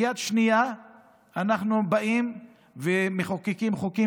ביד השנייה אנחנו באים ומחוקקים חוקים